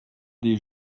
des